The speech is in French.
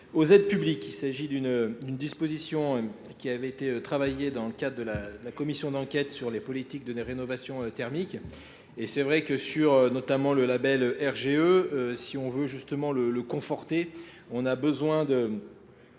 aux aides publiques. Il s'agit d'une disposition qui avait été travaillée dans le cadre de la commission d'enquête sur les politiques de la rénovation thermique et c'est vrai que sur notamment le label RGE si on veut justement le conforter on a besoin de